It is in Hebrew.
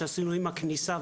שעשינו מיד עם הכניסה לשטח.